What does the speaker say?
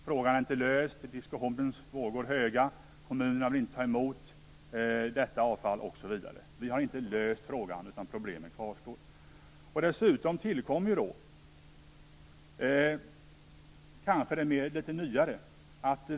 Frågan är inte löst. Diskussionens vågor går höga. Kommunerna vill inte ta emot avfallet osv. Vi har inte löst frågan. Problemen kvarstår. Dessutom tillkommer ett nyare problem.